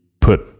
put